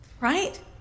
Right